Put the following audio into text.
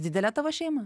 didelė tavo šeima